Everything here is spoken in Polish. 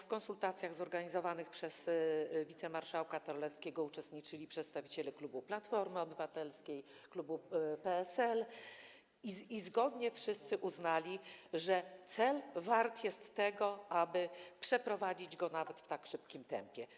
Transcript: W konsultacjach zorganizowanych przez wicemarszałka Terleckiego uczestniczyli przedstawiciele klubu Platformy Obywatelskiej, klubu PSL i wszyscy zgodnie uznali, że cel wart jest tego, aby przeprowadzić to nawet w tak szybkim tempie.